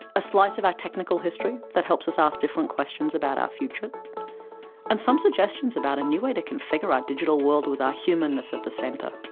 a slice of our technical history that helps us ask different questions of our future and some suggestions about a new way to configure our digital world with our humanness at the centre.